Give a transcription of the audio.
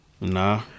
Nah